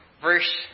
verse